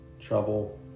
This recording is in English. trouble